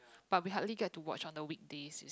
but we hardly get to watch on the weekdays